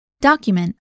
Document